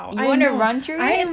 you want to run through it